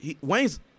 Wayne's